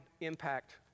impact